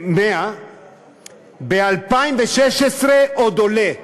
ב-2016 עוד עולה.